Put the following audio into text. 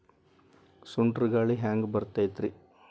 ಸುಂಟರ್ ಗಾಳಿ ಹ್ಯಾಂಗ್ ಬರ್ತೈತ್ರಿ?